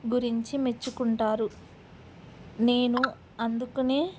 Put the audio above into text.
గురించి మెచ్చుకుంటారు నేను అందుకునే